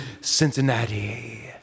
Cincinnati